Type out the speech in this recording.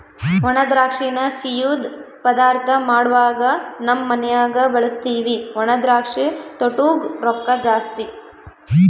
ಒಣದ್ರಾಕ್ಷಿನ ಸಿಯ್ಯುದ್ ಪದಾರ್ಥ ಮಾಡ್ವಾಗ ನಮ್ ಮನ್ಯಗ ಬಳುಸ್ತೀವಿ ಒಣದ್ರಾಕ್ಷಿ ತೊಟೂಗ್ ರೊಕ್ಕ ಜಾಸ್ತಿ